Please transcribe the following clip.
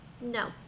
No